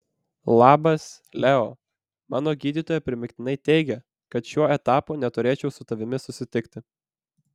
labas leo mano gydytoja primygtinai teigia kad šiuo etapu neturėčiau su tavimi susitikti